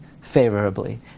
favorably